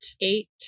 eight